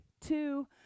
two